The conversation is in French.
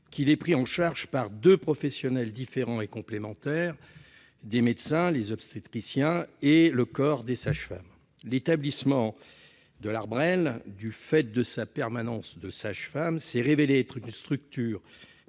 qu'il est pris en charge par deux professionnels différents et complémentaires : des médecins, les obstétriciens, et le corps des sages-femmes. L'établissement de L'Arbresle, du fait de sa permanence de sages-femmes, s'est révélé être une structure